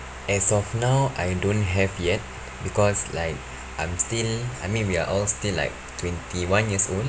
as of now I don't have yet because like I'm still I mean we are all still like twenty one years old